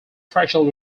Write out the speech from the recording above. threshold